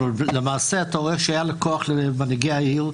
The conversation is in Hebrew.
למעשה אתה רואה שהיה כוח למנהיגי העיר,